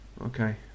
Okay